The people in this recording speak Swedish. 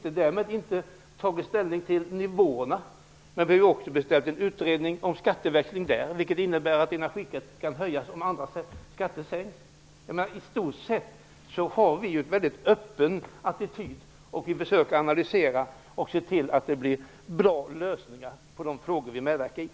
Men vi har inte tagit ställning till nivåerna. Dessutom har vi beställt en utredning om skatteväxling på det området, vilket innebär att energiskatterna kan höjas om andra skatter sänks. I stort sett har vi en väldigt öppen attityd. Vi försöker att göra analyser och se till att det blir bra lösningar när det gäller de frågor som vi samarbetar om.